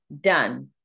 done